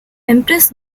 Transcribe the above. empress